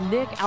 Nick